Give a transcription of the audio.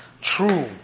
true